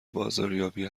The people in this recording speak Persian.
بازاریابی